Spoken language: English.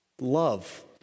Love